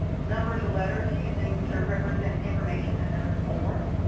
numbers or letters using to represent information in another form.